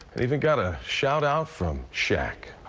they've and got a shout out from shaq.